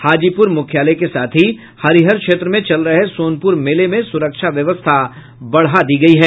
हाजीपुर मुख्यालय के साथ ही हरिहर क्षेत्र में चल रहे सोनपुर मेले में सुरक्षा व्यवस्था बढ़ा दी गयी है